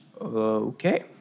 Okay